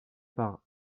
par